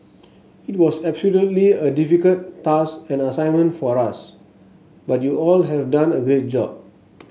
it was absolutely a difficult task and assignment for us but you all have done a great job